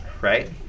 right